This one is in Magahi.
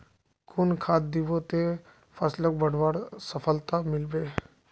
कुन खाद दिबो ते फसलोक बढ़वार सफलता मिलबे बे?